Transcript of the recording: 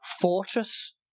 fortress